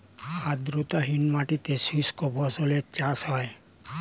আর্দ্রতাহীন মাটিতে শুষ্ক ফসলের চাষ হয়